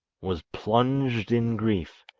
was plunged in grief,